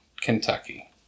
Kentucky